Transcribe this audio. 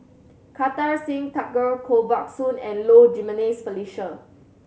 Kartar Singh Thakral Koh Buck Song and Low Jimenez Felicia